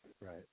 Right